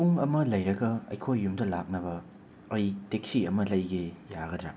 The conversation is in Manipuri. ꯄꯨꯡ ꯑꯃ ꯂꯩꯔꯒ ꯑꯩꯈꯣꯏ ꯌꯨꯝꯗ ꯂꯥꯛꯅꯕ ꯑꯩ ꯇꯦꯛꯁꯤ ꯑꯃ ꯂꯩꯒꯦ ꯌꯥꯒꯗ꯭ꯔꯥ